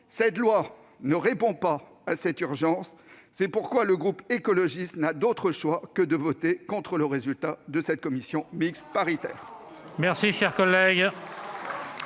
Cette loi ne répond pas à cette urgence, raison pour laquelle le groupe écologiste n'a d'autre choix que de voter contre les conclusions de cette commission mixte paritaire.